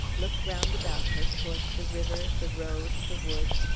looked round about her, towards the river, the road, the woods,